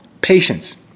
patience